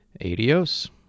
Adios